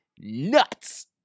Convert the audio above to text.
nuts